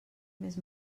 més